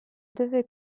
devais